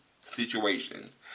situations